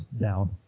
down